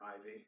Ivy